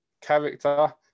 character